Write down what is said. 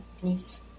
please